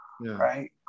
right